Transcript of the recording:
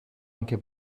anche